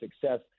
success